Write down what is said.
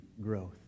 growth